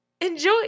enjoy